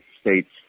states